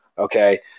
Okay